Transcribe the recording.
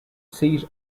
seat